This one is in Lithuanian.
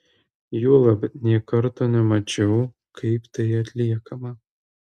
juolab nė karto nemačiau kaip tai atliekama